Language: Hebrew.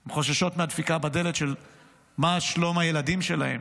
הן חוששות מהדפיקה בדלת של מה שלום הילדים שלהן